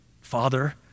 Father